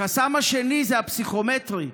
החסם השני זה הפסיכומטרי.